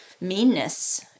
meanness